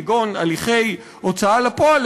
כגון הליכי הוצאה לפועל,